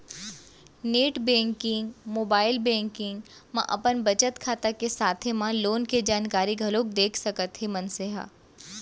net banking, mobile banking म अपन बचत खाता के साथे म लोन के जानकारी घलोक देख सकत हे मनसे ह